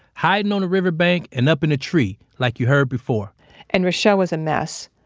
hiding on a riverbank and up in a tree like you heard before and reshell was a mess.